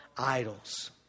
idols